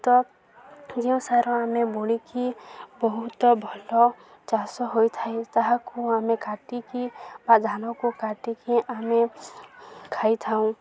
ତ ଯେଉଁସାର ଆମେ ବୁଣିକି ବହୁତ ଭଲ ଚାଷ ହୋଇଥାଏ ତାହାକୁ ଆମେ କାଟିକି ବା ଧାନକୁ କାଟିକି ଆମେ ଖାଇଥାଉ